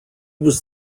was